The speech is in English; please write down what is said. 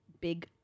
big